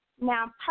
Now